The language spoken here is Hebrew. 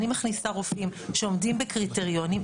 אני מכניסה רופאים שעומדים בקריטריונים.